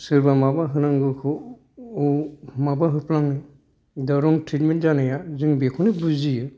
सोरबा माबा होनांगौखौ औ माबा होफ्लाङो दा रं ट्रिटमेन्ट जानाया जों बेखौनो बुजियो